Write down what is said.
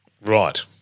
Right